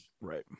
Right